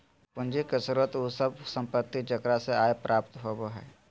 पूंजी के स्रोत उ सब संपत्ति जेकरा से आय प्राप्त होबो हइ